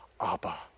Abba